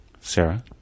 Sarah